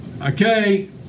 Okay